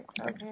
okay